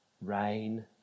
rain